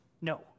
no